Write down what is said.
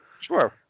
Sure